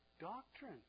doctrine